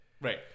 Right